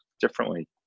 differently